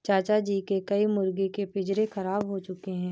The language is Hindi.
चाचा जी के कई मुर्गी के पिंजरे खराब हो चुके हैं